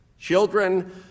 Children